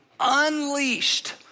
unleashed